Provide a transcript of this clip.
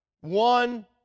One